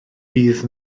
bydd